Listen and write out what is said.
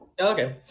Okay